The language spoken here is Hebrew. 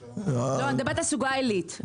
אני מדברת על סוגה עילית.